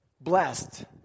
blessed